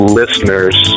listeners